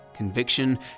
conviction